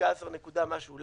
16 נקודה משהו מיליארד.